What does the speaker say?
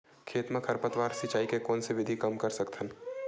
खेत म खरपतवार सिंचाई के कोन विधि से कम कर सकथन?